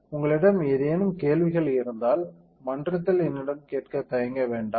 உங்களிடம் ஏதேனும் கேள்விகள் இருந்தால் மன்றத்தில் என்னிடம் கேட்க தயங்க வேண்டாம்